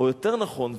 או יותר נכון,